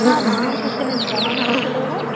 आम् अहं कुशलिनी भवान् कुशलो वा